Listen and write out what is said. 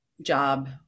job